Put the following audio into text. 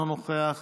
אינו נוכח,